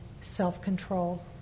self-control